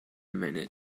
minute